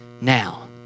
now